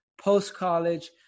post-college